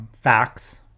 facts